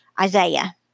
Isaiah